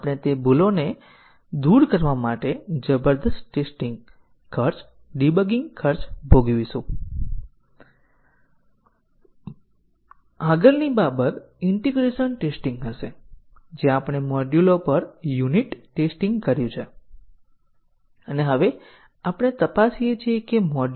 આ a ની વ્યાખ્યા છે અને આ a નો ઉપયોગ છે અને a ની કોઈ હસ્તક્ષેપ વ્યાખ્યા નથી અને વેરિયેબલ a ની વ્યાખ્યા સ્ટેટમેન્ટ 5 પર લાઇવ છે અને સ્ટેટમેન્ટ 6 પર પણ લાઇવ છે પરંતુ પછી તે નથી જીવો